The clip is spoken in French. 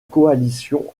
coalition